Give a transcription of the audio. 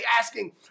asking